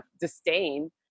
disdain